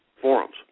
forums